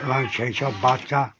আর সে সব বাচ্চা